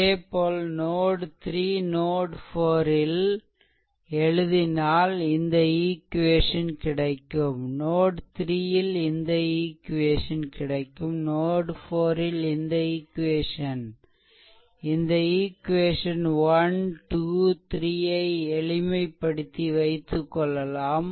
அதேபோல் node three node four ல்node 3 node 4 ல் எழுதினால் இந்த ஈக்வேஷன் கிடைக்கும் node 3 ல் இந்த ஈக்வேசன் கிடைக்கும் node 4 ல் இந்த ஈக்வேஷன் இந்த ஈக்வேஷன் 123 ஐ எளிமைப்படுத்தி வைத்துக்கொள்ளலாம்